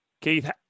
Keith